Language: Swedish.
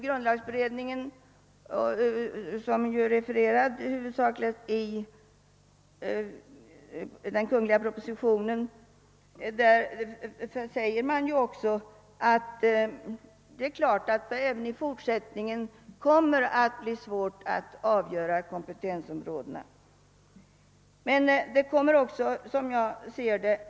Grundlagberedningen, som den kungl. propositionen huvudsakligen har refererat, säger att det även i fortsättningen kommer att bli svårt att avgränsa utskottens kompetensområde.